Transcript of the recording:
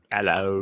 Hello